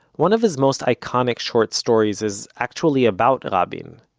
one of his most iconic short stories is actually about rabin.